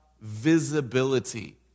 visibility